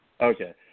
Okay